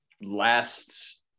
last